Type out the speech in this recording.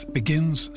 begins